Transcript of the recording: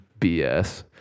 BS